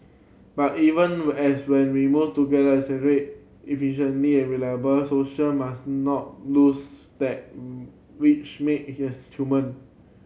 but even as when we move get accelerated efficiently and reliable social must not lose that which make his human